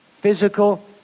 physical